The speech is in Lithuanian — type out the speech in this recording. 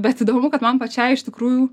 bet įdomu kad man pačiai iš tikrųjų